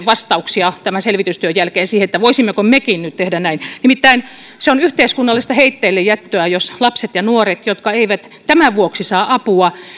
vastauksia tämän selvitystyön jälkeen siihen voisimmeko mekin nyt tehdä näin nimittäin se on yhteiskunnallista heitteillejättöä jos lapset ja nuoret eivät tämän vuoksi saa apua